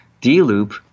D-loop